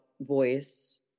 voice